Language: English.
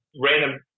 random